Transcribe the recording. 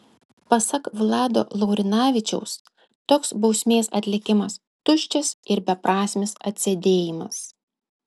pasak vlado laurinavičiaus toks bausmės atlikimas tuščias ir beprasmis atsėdėjimas